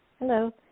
Hello